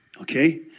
okay